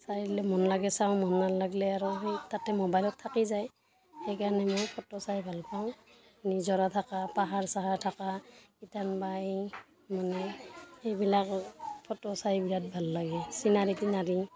চাইলে মন লাগে চাওঁ মন নালাগিলে আৰু সেই তাতে মোবাইলত থাকি যায় সেইকাৰণে মই ফটো চাই ভাল পাওঁ নিজৰা থাকা পাহাৰ চাহাৰ থাকা কেতিয়ানবা এই মানে সেইবিলাক ফটো চাই বিৰাট ভাল লাগে চিনাৰী তিনাৰী